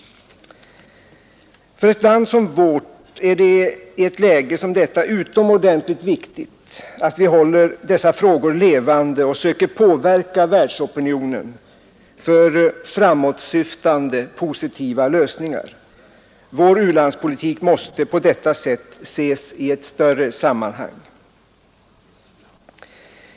För ett land som vårt är det i ett läge som detta utomordentligt viktigt att vi håller dessa frågor levande och söker påverka världsopinionen för framåtsyftande positiva lösningar. Vår u-landspolitik måste på detta sätt ses i ett större sammanhang.